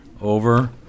over